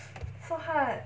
so hard